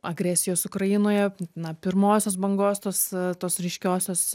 agresijos ukrainoje na pirmosios bangos tos tos ryškiosios